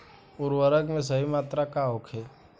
उर्वरक के सही मात्रा का होखे?